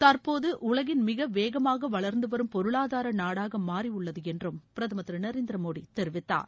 தற்போது உலகின் மிக வேகமாக வளர்ந்து வரும் பொருளாதார நாடாக மாறியுள்ளது என்றும் பிரதமர் திரு நரேந்திர மோடி தெரிவித்தார்